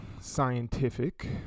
scientific